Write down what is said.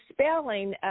spelling